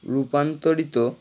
রূপান্তরিত